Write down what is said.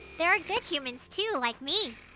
there are good humans too. like me.